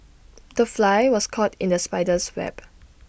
the fly was caught in the spider's web